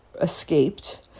escaped